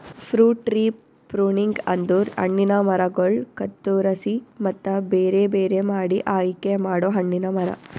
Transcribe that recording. fruit tree pruning ಅಂದುರ್ ಹಣ್ಣಿನ ಮರಗೊಳ್ ಕತ್ತುರಸಿ ಮತ್ತ ಬೇರೆ ಬೇರೆ ಮಾಡಿ ಆಯಿಕೆ ಮಾಡೊ ಹಣ್ಣಿನ ಮರ